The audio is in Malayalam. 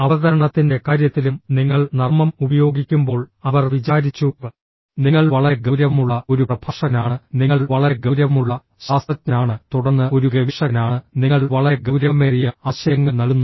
അവതരണത്തിന്റെ കാര്യത്തിലും നിങ്ങൾ നർമ്മം ഉപയോഗിക്കുമ്പോൾ അവർ വിചാരിച്ചു നിങ്ങൾ വളരെ ഗൌരവമുള്ള ഒരു പ്രഭാഷകനാണ് നിങ്ങൾ വളരെ ഗൌരവമുള്ള ശാസ്ത്രജ്ഞനാണ് തുടർന്ന് ഒരു ഗവേഷകനാണ് നിങ്ങൾ വളരെ ഗൌരവമേറിയ ആശയങ്ങൾ നൽകുന്നു